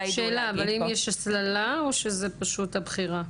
האם יש הסללה או שזו פחות הבחירה.